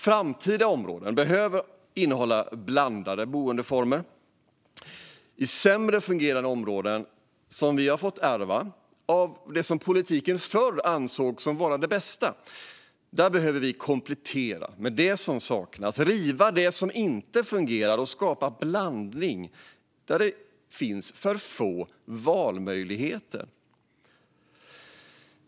Framtida områden behöver innehålla blandade boendeformer. I sämre fungerande områden, som vi har fått ärva av det som politiken förr ansåg som det bästa, behöver vi komplettera med det som saknas, riva det som inte fungerar och skapa blandning där det i dag finns för få valmöjligheter.